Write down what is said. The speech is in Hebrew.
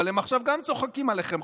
אבל גם הם עכשיו צוחקים עליכם.